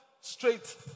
straight